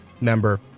member